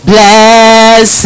Bless